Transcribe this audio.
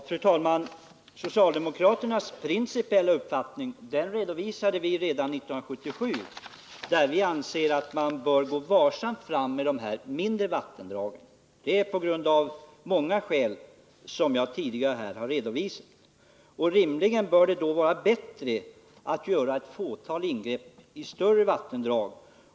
Fru talman! Socialdemokraternas principiella uppfattning redovisade vi redan 1977. Vi anser att man bör gå varsamt fram med dessa mindre vattendrag — av många skäl, som jag tidigare här har anfört. Rimligen bör det vara bättre att göra ett fåtal ingrepp i större vattendrag.